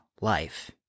life